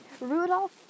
Rudolph